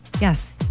Yes